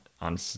on